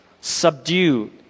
subdue